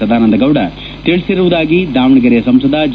ಸದಾನಂದ ಗೌಡ ತಿಳಿಸಿರುವುದಾಗಿ ದಾವಣಗೆರೆ ಸಂಸದ ಜಿ